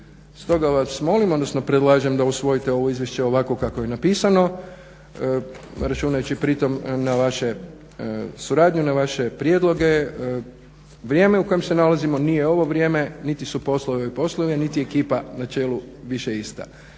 Stoga vas molim, odnosno predlažem da usvojite ovo izvješće ovako kako je napisano računajući pritom na vašu suradnju, na vaše prijedloge. Vrijeme u kojem se nalazimo nije ovo vrijeme niti su poslovi poslovi, niti je ekipa na čelu više ista.